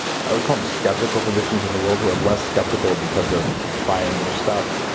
i would call them, skeptical physicians in the world who are less skeptical because of trying your stuff.